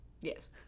yes